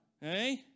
Hey